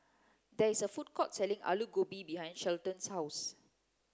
there is a food court selling Aloo Gobi behind Shelton's house